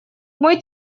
мой